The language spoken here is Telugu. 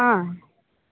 ఆ